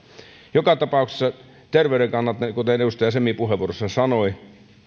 joka tapauksessa terveyden kannalta kuten edustaja semi puheenvuorossaan sanoi